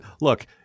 look